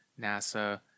NASA